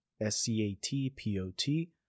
S-C-A-T-P-O-T